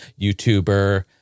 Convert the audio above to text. YouTuber